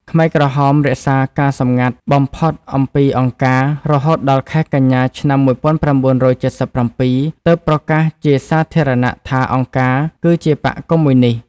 ខ្មែរក្រហមរក្សាការសម្ងាត់បំផុតអំពី «អង្គការ» រហូតដល់ខែកញ្ញា ឆ្នាំ១៩៧៧ ទើបប្រកាសជាសាធារណៈថាអង្គការគឺជាបក្សកុម្មុយនីស្ត។